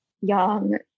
young